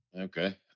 Okay